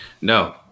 No